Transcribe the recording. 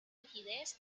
rigidez